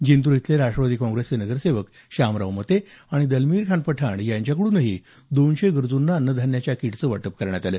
जिंतूर इथले राष्ट्रवादी काँप्रेसचे नगरसेवक श्यामराव मते आणि दलमीर खाण पठाण यांच्याकडून दोनशे गरजूंना अन्नधान्य किटचे वाटप करण्यात आले